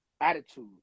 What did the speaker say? attitude